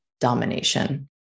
domination